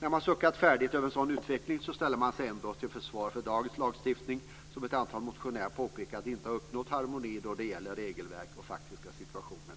När man suckat färdigt över en sådan utveckling ställer man ändå upp till försvar för dagens lagstiftning, som ett antal motionärer har påpekat inte har uppnått harmoni då det gäller regelverket och den faktiska situationen.